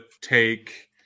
take –